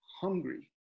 hungry